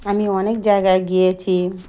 আমি অনেক জায়গায় গিয়েছি